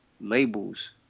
labels